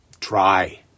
Try